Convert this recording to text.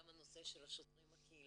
גם הנושא של השוטרים הקהילתיים,